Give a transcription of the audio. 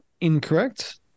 Incorrect